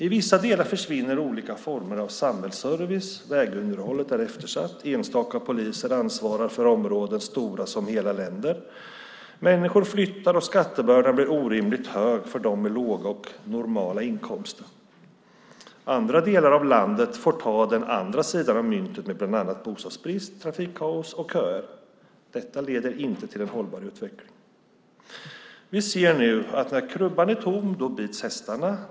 I vissa delar försvinner olika former av samhällsservice, vägunderhållet är eftersatt, enstaka poliser ansvarar för områden stora som hela länder, människor flyttar och skattebördan blir orimligt hög för dem med låga och normala inkomster. Andra delar av landet får ta den andra sidan av myntet med bland annat bostadsbrist, trafikkaos och köer. Detta leder inte till en hållbar utveckling. Vi ser nu att när krubban är tom bits hästarna.